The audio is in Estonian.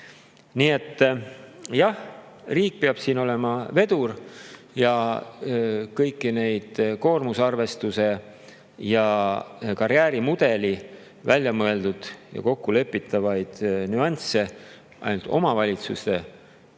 Nii et jah, riik peab siin olema vedur. Kõiki neid koormuse arvestuse ja karjäärimudeli välja mõeldud ja kokku lepitavaid nüansse ainult omavalitsuse